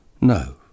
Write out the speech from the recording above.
No